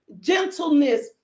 gentleness